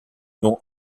nom